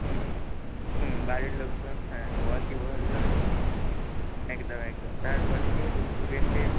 হুম হুম বাড়ির লোকজন হ্যাঁ ওয়াকিবহাল নয় একদম একদম তার ফলে কী হয়েছে স্টুডেন্টের